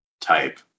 type